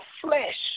flesh